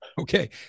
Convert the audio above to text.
Okay